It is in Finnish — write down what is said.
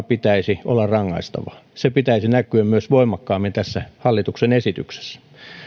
pitäisi olla rangaistavaa sen pitäisi myös näkyä voimakkaammin tässä hallituksen esityksessä